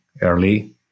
early